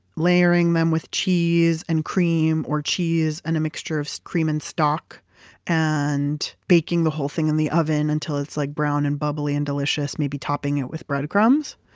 layering them with cheese and cream, or cheese and a mixture of so cream and stock and baking the whole thing in the oven until it's like brown and bubbly and delicious. maybe topping it with breadcrumbs.